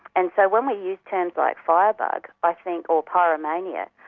and so when we use terms like firebug, i think, or pyromania,